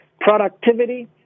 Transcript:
Productivity